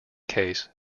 case